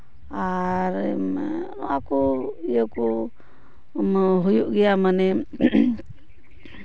ᱟᱨ ᱤᱭᱟᱹ ᱠᱚ ᱱᱤᱭᱟᱹ ᱠᱚ ᱦᱩᱭᱩᱜ ᱜᱮᱭᱟ ᱢᱟᱱᱮ